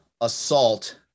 assault